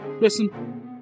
Listen